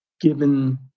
given